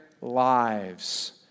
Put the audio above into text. lives